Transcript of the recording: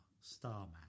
Starman